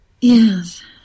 Yes